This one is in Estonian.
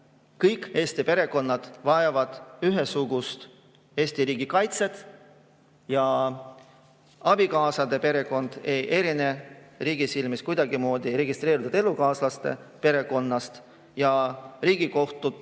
kõik Eesti perekonnad vajavad ühesugust Eesti riigi kaitset ja abikaasade perekond ei erine riigi silmis kuidagimoodi registreeritud elukaaslaste perekonnast. Riigikohtu